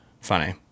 funny